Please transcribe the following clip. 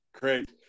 Great